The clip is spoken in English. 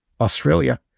Australia